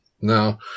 Now